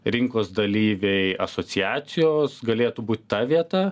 rinkos dalyviai asociacijos galėtų būt ta vieta